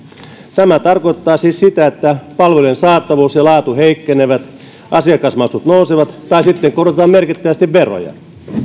tämä tarkoittaa siis sitä että palvelujen saatavuus ja laatu heikkenevät asiakasmaksut nousevat tai sitten korotetaan merkittävästi veroja